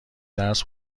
درس